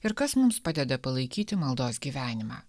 ir kas mums padeda palaikyti maldos gyvenimą